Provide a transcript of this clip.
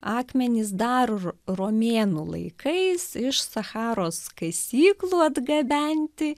akmenys dar romėnų laikais iš sacharos kasyklų atgabenti